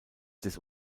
des